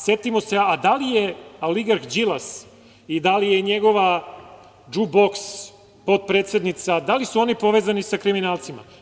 Setimo se, da li je oligarh Đilas i da li je njegova džu boks potpredsednica, da li su oni povezani sa kriminalcima?